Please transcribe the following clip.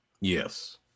Yes